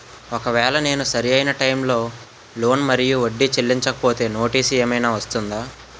ఒకవేళ నేను సరి అయినా టైం కి లోన్ మరియు వడ్డీ చెల్లించకపోతే నోటీసు ఏమైనా వస్తుందా?